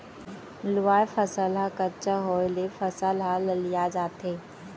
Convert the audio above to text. लूवाय फसल ह कच्चा होय ले फसल ह ललिया जाथे